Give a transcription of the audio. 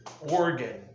Oregon